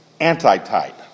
antitype